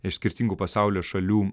iš skirtingų pasaulio šalių